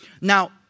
Now